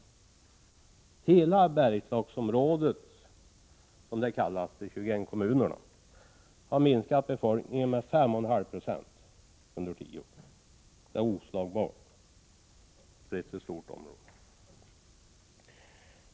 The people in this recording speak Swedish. I hela Bergslagsområdet, som detta område med 21 kommuner kallas, har befolkningen minskat med 5,5 96 under tio år. Det är oslagbart för ett så stort område.